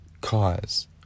cause